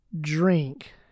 drink